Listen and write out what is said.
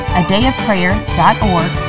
adayofprayer.org